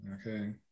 Okay